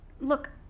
Look